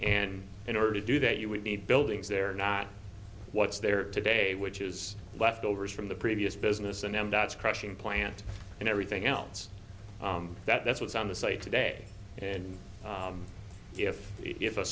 and in order to do that you would need buildings they're not what's there today which is leftovers from the previous business and then dots crushing plant and everything else that's what's on the site today and if if a